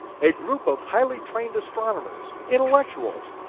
a group of highly trained astronomers, intellectuals,